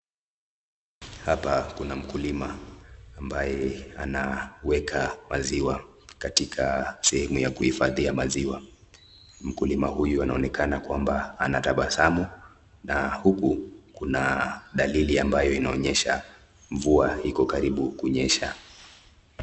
Hapa kuna mkulima ambaye anaweka maziwa katika sehemu ya kuhifadhia maziwa, mkulima huyu anaonekana kwamba anatabasamu na huku kuna dalili ambayo inaonyesha mvua iko karibu kunyesha.